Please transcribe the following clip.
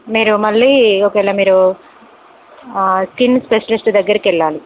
మీరు మళ్ళీ ఒకవేళ మీరు స్కిన్ స్పెషలిస్ట్ దగ్గరకి వెళ్ళాలి